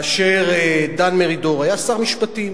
כאשר דן מרידור היה שר משפטים